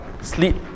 sleep